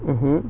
mmhmm